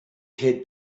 had